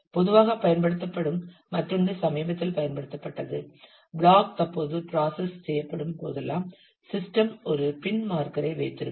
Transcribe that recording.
பொதுவாகப் பயன்படுத்தப்படும் மற்றொன்று சமீபத்தில் பயன்படுத்தப்பட்டது பிளாக் தற்போது ப்ராசஸ் செய்யப்படும் போதெல்லாம் சிஸ்டம் ஒரு பின் மார்க்கரை வைத்திருக்கும்